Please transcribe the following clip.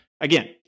Again